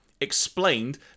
explained